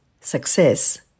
success